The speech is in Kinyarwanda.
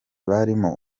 barimo